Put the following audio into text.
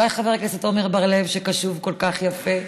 אולי חבר הכנסת עמר בר-לב, שקשוב כל כך יפה,